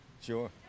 Sure